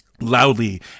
loudly